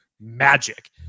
magic